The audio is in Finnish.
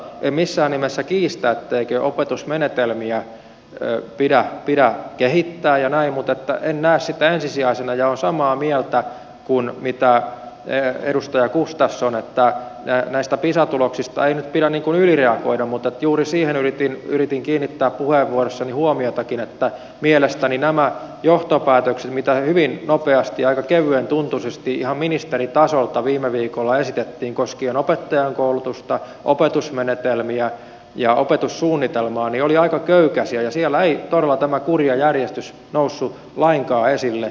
en missään nimessä kiistä etteikö opetusmenetelmiä pidä kehittää ja näin mutta en näe sitä ensisijaisena ja olen samaa mieltä kuin edustaja gustafsson että näistä pisa tuloksista ei nyt pidä ylireagoida mutta juuri siihen yritin kiinnittää puheenvuorossani huomiotakin että mielestäni nämä johtopäätökset mitä hyvin nopeasti ja aika kevyen tuntuisesti ihan ministeritasolta viime viikolla esitettiin koskien opettajankoulutusta opetusmenetelmiä ja opetussuunnitelmaa olivat aika köykäisiä ja siellä ei todella tämä kuri ja järjestys noussut lainkaan esille